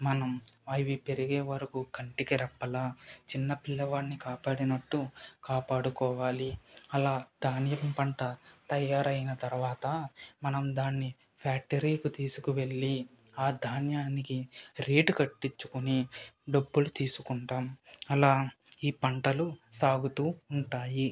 మనం అవి పెరిగే వరకు కంటికి రెప్పలా చిన్న పిల్లవాడిని కాపాడినట్టు కాపాడుకోవాలి అలా ధాన్యం పంట తయారైన తర్వాత మనము దాన్ని ఫ్యాక్టరీకి తీసుకుని వెళ్ళి ఆ ధాన్యానికి రేటు కట్టించుకుని డబ్బులు తీసుకుంటాము అలా ఈ పంటలు సాగుతు ఉంటాయి